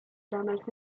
damals